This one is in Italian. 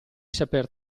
saper